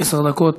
עשר דקות,